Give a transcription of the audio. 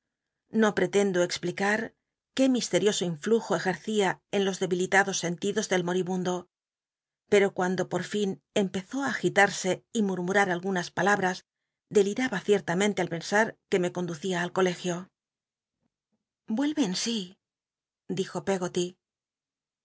no pretendo explicar qué misterioso infl ujo ejercía en los debilitados sentidos del moribundo pet'o cuando oi fln empezó á agitarse y murmurar algunas palalmls dcliaba cicttnmcnlc al pensm que me comlucia al colegio vuelve en sí dijo pcggoty